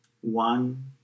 One